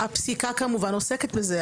הפסיקה כמובן עוסקת בזה.